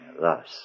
thus